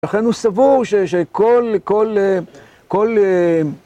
לכן הוא סבור שכל, כל, כל...